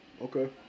Okay